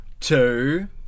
Two